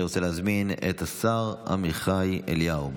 אני רוצה להזמין את השר עמיחי אליהו,